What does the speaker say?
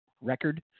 record